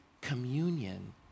communion